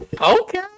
Okay